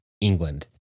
England